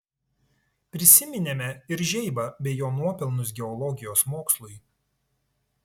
prisiminėme ir žeibą bei jo nuopelnus geologijos mokslui